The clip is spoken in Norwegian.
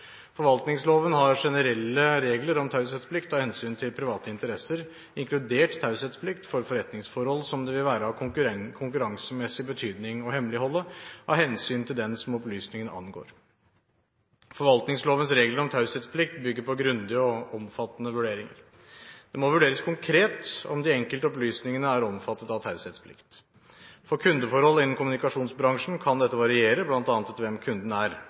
Forvaltningsloven har generelle regler om taushetsplikt, av hensyn til private interesser, inkludert taushetsplikt for forretningsforhold som det vil være av konkurransemessig betydning å hemmeligholde, av hensyn til den som opplysningen angår. Forvaltningslovens regler om taushetsplikt bygger på grundige og omfattende vurderinger. Det må vurderes konkret om de enkelte opplysningene er omfattet av taushetsplikt. For kundeforhold innen kommunikasjonsbransjen kan dette variere, bl.a. etter hvem kunden er.